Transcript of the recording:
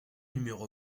numéro